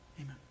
amen